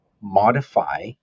modify